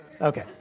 okay